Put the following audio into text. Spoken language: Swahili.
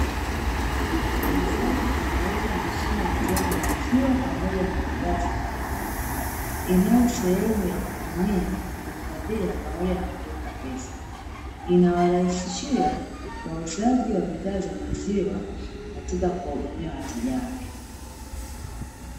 Muuzaji anauza mashine ya atm ya maziwa pamoja na bidhaa zingine, inayo sehemu ya kupimia, kuhifadhia, pamoja na kuweka pesa, inawarahisishia wauzaji wa bidhaa za maziwa katika kuwahudumia wateja wake.